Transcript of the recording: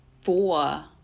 four